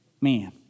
man